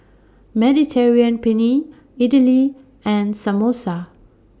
Mediterranean Penne Idili and Samosa